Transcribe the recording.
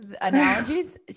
Analogies